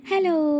Hello